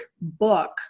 book